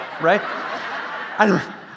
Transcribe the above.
right